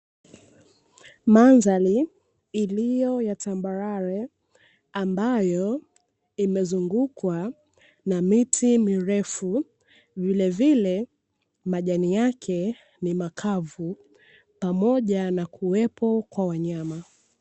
Mandhari iliyo ya tambarare ambayo imezungukwa na miti mirefu, vilevile majani yake ni makavu pamoja na kuwepo kwa wanyama.